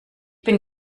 bin